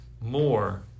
more